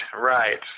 right